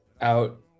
out